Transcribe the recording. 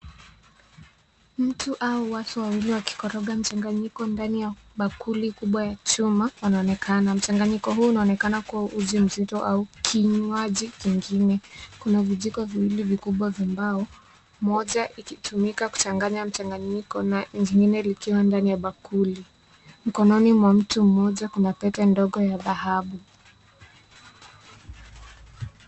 Mtu au watu wawili wakikoroga mchanganyiko ndani ya bakuli kubwa ya chuma wanaonekana. Mchanganyiko huu unaonekana kuwa uji mzito au kinywaji kingine. Kuna vijiko viwili vikubwa vya mbao, moja ikitumika kuchanganya mchanganyiko na jingine likiwa ndani ya bakuli. Mkononi mwa mtu mmoja kuna pete ndogo ya dhahabu.